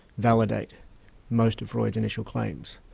validate most of freud's initial claims.